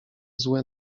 złe